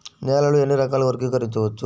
నేలని ఎన్ని రకాలుగా వర్గీకరించవచ్చు?